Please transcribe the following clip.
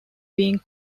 being